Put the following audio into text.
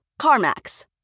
CarMax